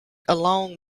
along